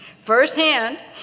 firsthand